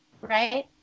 right